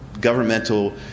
governmental